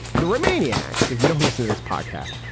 the remaining acts if you don't listen to this podcast.